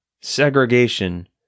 Segregation